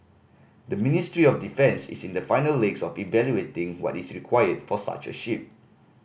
the Ministry of Defence is in the final legs of evaluating what is required for such a ship